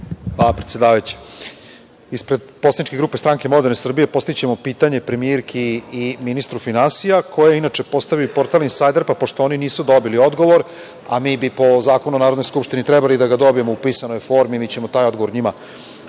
Hvala, predsedavajuća. Ispred poslaničke grupe SMS postavićemo pitanje premijerki i ministru finansija, koje je inače postavio i portal „Insajder“, pa pošto oni nisu dobili odgovor, a mi bi po Zakonu o Narodnoj skupštini trebalo da ga dobijemo u pisanoj formi, mi ćemo taj odgovor njima